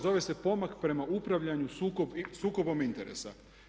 Zove se pomak prema upravljanju sukobom interesa.